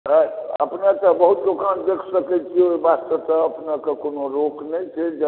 अपने बहुत दोकान देखि सकै छी ओहि वास्ते तऽ अपनेकेँ कोनो रोक नहि छै अपने